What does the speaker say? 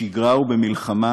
בשגרה ובמלחמה,